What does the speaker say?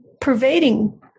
Pervading